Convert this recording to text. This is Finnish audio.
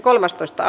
asia